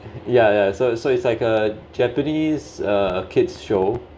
ya ya so so it's like a japanese uh kids' show